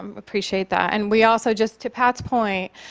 um appreciate that. and we also just to pat's point,